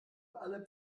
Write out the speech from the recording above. alle